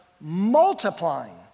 Multiplying